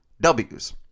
W's